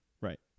Right